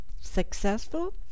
successful